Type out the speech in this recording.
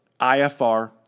IFR